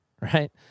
right